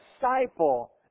disciple